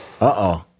Uh-oh